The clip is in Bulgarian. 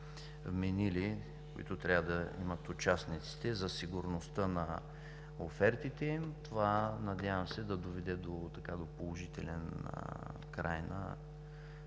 вменили, които трябва да имат участниците за сигурността на офертите им. Надявам се да видя положителния край на